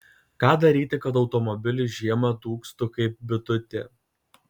ką daryti kad automobilis žiemą dūgztų kaip bitutė